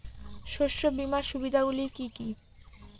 শস্য বিমার সুবিধাগুলি কি কি?